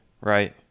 right